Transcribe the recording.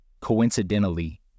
Coincidentally